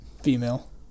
Female